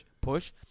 push